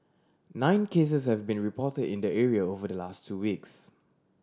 nine cases have been report in the area over the last two weeks